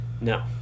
No